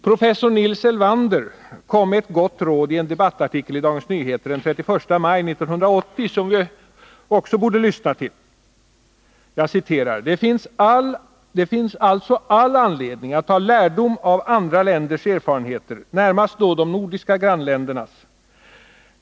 Professor Nils Elvander kom med ett gott råd i en debattartikel i Dagens Nyheter den 31 maj 1980, som vi också borde lyssna till: ”Det finns alltså all anledning att ta lärdom av andra länders erfarenheter, närmast då de nordiska grannländernas.